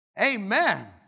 Amen